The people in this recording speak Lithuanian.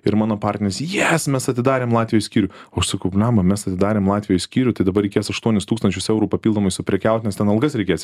ir mano partneris jes mes atidarėm latvijoj skyrių o aš sakau blemba mes atidarėm latvijoj skyrių tai dabar reikės aštuonis tūkstančius eurų papildomai suprekiaut nes ten algas reikės